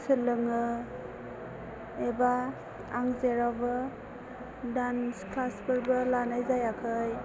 सोलोङाे एबा आं जेरावबो दान्स क्लास फोरबो लानाय जायाखै